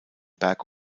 berg